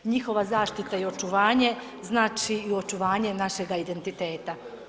Njihova zaštita i očuvanje znači i očuvanje našega identiteta.